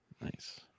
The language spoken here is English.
Nice